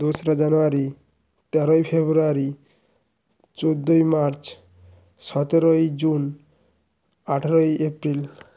দোসরা জানুয়ারি তেরোই ফেব্রুয়ারি চোদ্দোই মার্চ সতেরোই জুন আঠারোই এপ্রিল